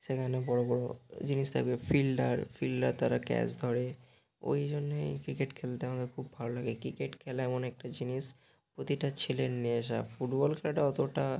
সেখানে বড়ো বড়ো জিনিস থাকবে ফিল্ডার ফিল্ডার তারা ক্যাচ ধরে ওই জন্যই ক্রিকেট খেলতে আমাদের খুব ভালো লাগে ক্রিকেট খেলা এমন একটা জিনিস প্রতিটা ছেলের নেশা ফুটবল খেলাটা অতোটা